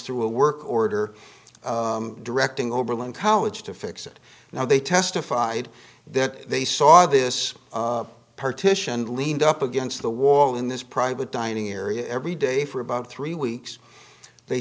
through a work order directing oberlin college to fix it now they testified that they saw this partitioned leaned up against the wall in this private dining area every day for about three weeks they